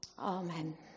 Amen